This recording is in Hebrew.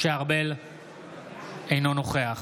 אינו נוכח